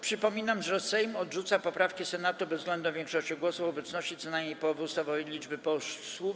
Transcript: Przypominam, że Sejm odrzuca poprawki Senatu bezwzględną większością głosów w obecności co najmniej połowy ustawowej liczby posłów.